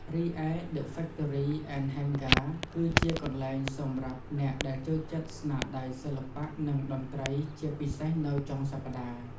រីឯ The Factory and Hangar (ហ៊េងហ្គា) ជាកន្លែងសម្រាប់អ្នកដែលចូលចិត្តស្នាដៃសិល្បៈ និងតន្ត្រី ជាពិសេសនៅចុងសប្តាហ៍។